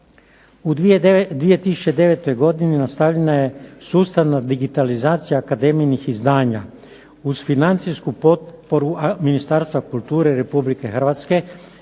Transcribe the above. U 2009. godini nastavljena je sustavna digitalizacija akademijinih izdanja uz financijsku potporu Ministarstva kulture Republike Hrvatske